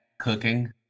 cooking